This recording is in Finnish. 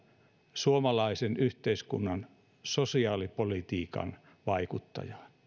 suomalaisen yhteiskunnan sosiaalipolitiikan vaikuttajaan ja